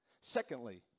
Secondly